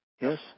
yes